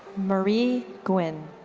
marie gwen.